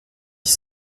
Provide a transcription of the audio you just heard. dix